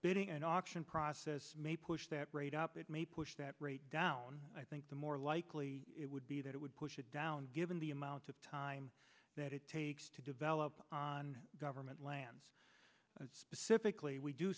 bidding and auction process may push that rate up it may push that rate down i think the more likely it would be that it would push it down given the amount of time that it takes to develop on government lands and specifically we do